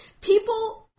People